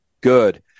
good